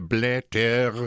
Blätter!«